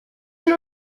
and